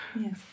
Yes